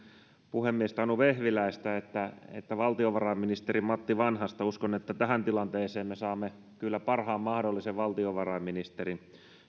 puhemiestä anu vehviläistä että että valtiovarainministeri matti vanhasta uskon että tähän tilanteeseen me saamme kyllä parhaan mahdollisen valtiovarainministerin